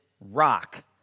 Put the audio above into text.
rock